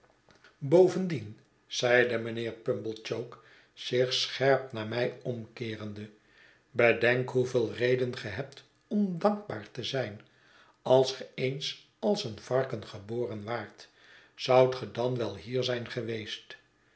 bovendien zeide mijnheer pumblechook zich scherp naar mij omkeerende bedenkhoeveel reden ge hebt om dankbaar te zijn als ge eens als een varken geboren waart zoudt ge dan wel hier zijn geweest